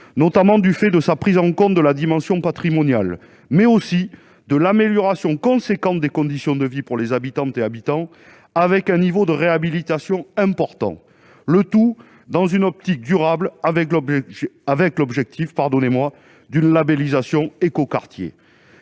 notamment du fait de sa prise en compte de la dimension patrimoniale, ainsi qu'en raison de l'amélioration considérable des conditions de vie pour les habitants, grâce à un niveau de réhabilitation important, le tout dans une perspective durable, avec l'objectif d'une labellisation ÉcoQuartier.